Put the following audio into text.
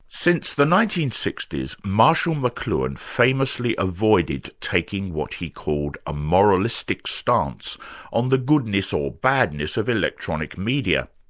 since the nineteen sixty s, marshall mcluhan famously avoided taking what he called a moralistic stance on the goodness or badness of electronic media.